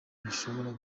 bashobora